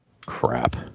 Crap